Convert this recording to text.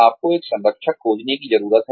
आपको एक संरक्षक खोजने की जरूरत है